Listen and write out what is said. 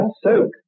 soak